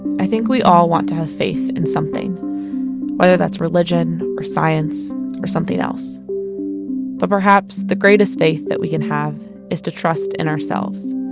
i think we all want to have faith in something whether that's religion or science or something else but perhaps the greatest faith we can have is to trust in ourselves